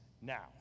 now